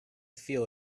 feel